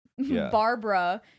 Barbara